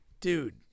Dude